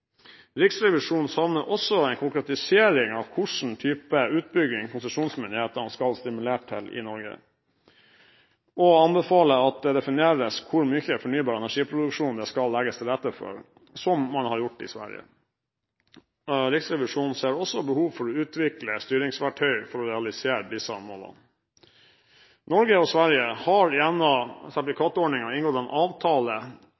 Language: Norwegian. Riksrevisjonen savner også en konkretisering av hvilken type utbygging konsesjonsmyndighetene skal stimulere til i Norge, og anbefaler at det defineres hvor mye fornybar energiproduksjon det skal legges til rette for – slik man har gjort i Sverige. Riksrevisjonen ser også behov for å utvikle styringsverktøy for å realisere disse målene. Norge og Sverige har gjennom